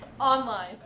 Online